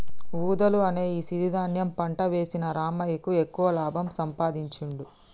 వూదలు అనే ఈ సిరి ధాన్యం పంట వేసిన రామయ్యకు ఎక్కువ లాభం సంపాదించుడు